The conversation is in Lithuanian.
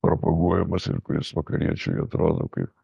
propaguojamas ir kuris vakariečiui atrodo kaip